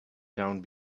down